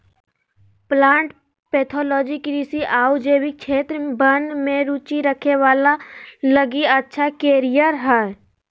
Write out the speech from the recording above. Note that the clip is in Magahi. प्लांट पैथोलॉजी कृषि आऊ जैविक क्षेत्र वन में रुचि रखे वाला लगी अच्छा कैरियर हइ